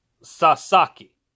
Sasaki